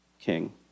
king